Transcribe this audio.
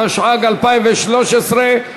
התשע"ג 2013,